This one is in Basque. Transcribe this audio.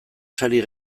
sari